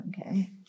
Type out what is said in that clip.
Okay